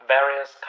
various